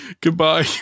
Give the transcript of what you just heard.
Goodbye